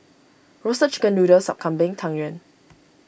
Roasted Chicken Noodle Sup Kambing Tang Yuen